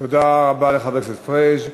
תודה רבה לחבר הכנסת פריג'.